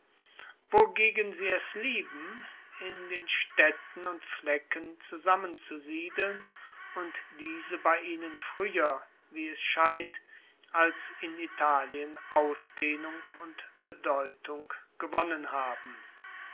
wogegen sie es lieben in den staedten und flecken zusammen zu siedeln und diese bei ihnen frueher wie es scheint als in italien ausdehnung und bedeutung gewonnen haben